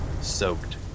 soaked